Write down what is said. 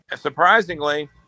Surprisingly